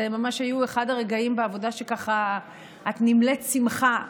זה ממש היה אחד הרגעים בעבודה שאת נמלאת שמחה,